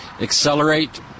accelerate